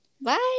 bye